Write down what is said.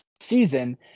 season